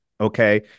okay